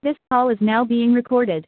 this call is now being recorded